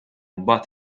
mbagħad